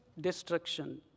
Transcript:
destruction